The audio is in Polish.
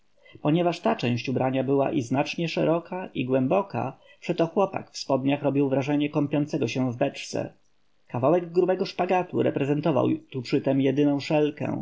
ponieważ ta część ubrania była i znacznie szeroka i głęboka przeto chłopak w spodniach robił wrażenie kąpiącego się w beczce kawałek grubego szpagatu reprezentował tu przytem jedyną szelkę